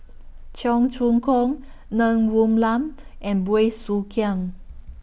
Cheong Choong Kong Ng Woon Lam and Bey Soo Khiang